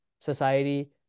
society